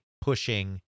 pushing